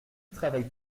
travaille